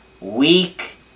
weak